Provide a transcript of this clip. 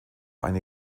eine